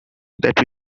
that